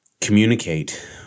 communicate